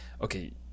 okay